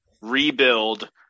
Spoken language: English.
rebuild